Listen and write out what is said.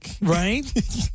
Right